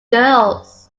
girls